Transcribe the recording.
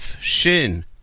Shin